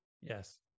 yes